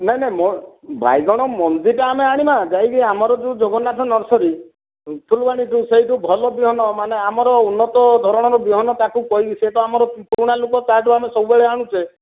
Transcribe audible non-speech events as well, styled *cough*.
ନାଇ ନାଇ ମ ବାଇଗଣ ମଞ୍ଜିଟା ଆମେ ଆଣିବା ଯାଇକି ଆମର ଯେଉଁ ଜଗନ୍ନାଥ ନର୍ସରୀ *unintelligible* ସେଇଠୁ ଭଲ ବିହନମାନେ ଆମର ଉନ୍ନତ ଧରଣର ବିହନ ତାକୁ କହିକି ସେ ତ ଆମର ପୁରୁଣା ଲୋକ ତାଠୁ ଆମେ ସବୁବେଳେ ଆଣୁଛେ